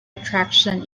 attraction